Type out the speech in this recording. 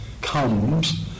comes